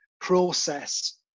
process